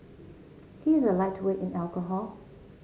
he is a lightweight in alcohol